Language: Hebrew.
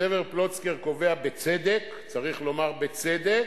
סבר פלוצקר קובע, בצדק, צריך לומר: בצדק,